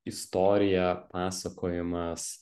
istorija pasakojimas